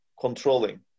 controlling